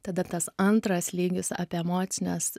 tada tas antras lygis apie emocines